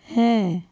ਹੈ